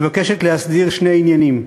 מבקשת להסדיר שני עניינים.